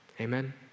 Amen